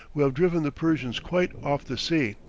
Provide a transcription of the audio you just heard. who have driven the persians quite off the sea.